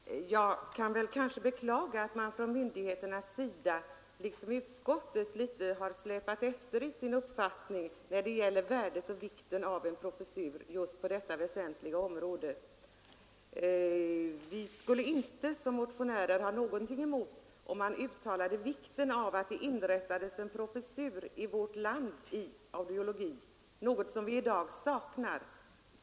Herr talman! Jag kan kanske beklaga att man från myndigheternas sida, liksom utskottet, har släpat efter litet i sin uppfattning när det gäller värdet och vikten av en professur just på detta väsentliga område. Vi skulle inte som motionärer ha någonting emot om man uttalade sig om vikten av att det inrättades en professur i vårt land i audiologi, någonting som i dag saknas.